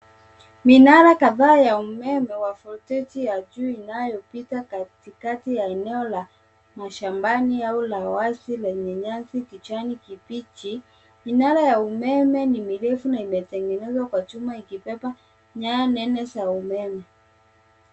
Minara kadhaa ya umeme wa volteji ya juu ,inayopita katikati ya eneo la mashambani au la wazi, lenye nyasi kijani kibichi. Minara ya umeme ni mirefu na imetengenezwa kwa chuma ikibeba nyaya nene za umeme.